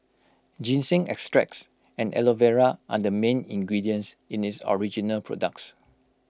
ginseng extracts and Aloe Vera are the main ingredients in its original products